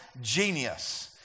genius